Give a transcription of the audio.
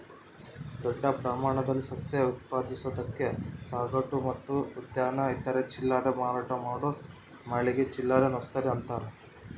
ದೊಡ್ಡ ಪ್ರಮಾಣದಲ್ಲಿ ಸಸ್ಯ ಉತ್ಪಾದಿಸೋದಕ್ಕೆ ಸಗಟು ಮತ್ತು ಉದ್ಯಾನ ಇತರೆ ಚಿಲ್ಲರೆ ಮಾರಾಟ ಮಾಡೋ ಮಳಿಗೆ ಚಿಲ್ಲರೆ ನರ್ಸರಿ ಅಂತಾರ